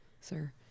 sir